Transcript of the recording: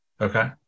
Okay